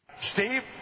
Steve